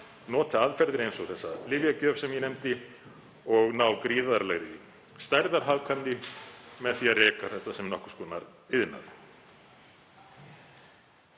nota aðferðir eins og þessa lyfjagjöf sem ég nefndi og ná gríðarlegri stærðarhagkvæmni með því að reka þetta sem nokkurs konar iðnað.